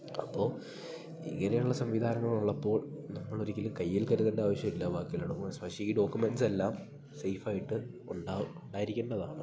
അപ്പോൾ ഇങ്ങനെയുള്ള സംവിധാനങ്ങൾ ഉള്ളപ്പോൾ നമ്മൾ ഒരിക്കലും കയ്യിൽ കരുതേണ്ട ആവശ്യമില്ല ബാക്കിയെല്ലണം കൂടെ സ് പക്ഷേ ഈ ഡോക്കുമെൻസെല്ലാം സേഫായിട്ട് ഉണ്ടാവും ഉണ്ടായിരിക്കേണ്ടതാണ്